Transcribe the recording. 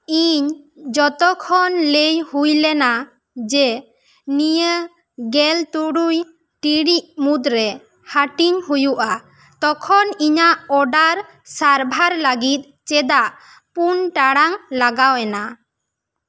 ᱤᱧ ᱡᱚᱛᱚ ᱠᱷᱚᱱ ᱞᱟᱹᱭ ᱦᱩᱭ ᱞᱮᱱᱟ ᱡᱮ ᱱᱤᱭᱟᱹ ᱜᱮᱞ ᱛᱩᱨᱩᱭ ᱴᱤᱲᱤᱡ ᱢᱩᱫᱽᱨᱮ ᱦᱟᱹᱴᱤᱝ ᱦᱩᱭᱩᱜᱼᱟ ᱛᱚᱠᱷᱚᱱ ᱤᱧᱟᱹᱜ ᱚᱰᱟᱨ ᱥᱟᱨᱵᱷᱟᱨ ᱞᱟᱹᱜᱤᱫ ᱪᱮᱫᱟᱜ ᱯᱩᱱ ᱴᱟᱲᱟᱝ ᱞᱟᱜᱟᱣᱭᱮᱱᱟ